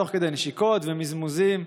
תוך כדי נשיקות ומזמוזים,